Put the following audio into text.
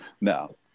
No